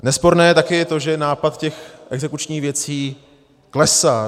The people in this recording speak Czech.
Nesporné je taky to, že nápad těch exekučních věcí klesá.